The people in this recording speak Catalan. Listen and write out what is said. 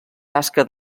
tasca